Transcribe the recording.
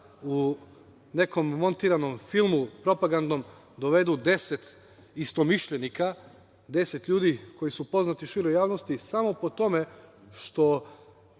u nekom montiranom filmu propagandnom dovedu deset istomišljenika, deset ljudi koji su poznati široj javnosti samo po tome što